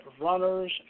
runners